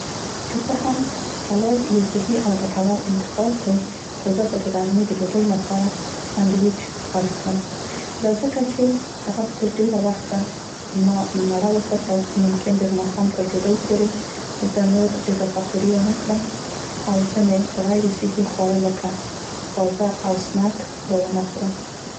که څه هم سلاد یو صحي او ګټور انتخاب دی خو زه به د غرمې د ډوډۍ لپاره سنډویچ غوره کړم، دا ځکه چې هغه به تر ډیره وخته ما مړه وساتي او ممکن د ماښام تر ډوډۍ پورې زه اضافه خوري ونه کړم او ځینې غیر صحي خواړه لکه خواږه او سنک به ونه خورم.